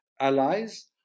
allies